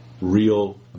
real